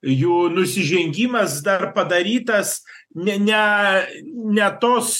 jų nusižengimas dar padarytas ne ne ne tos